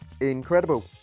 incredible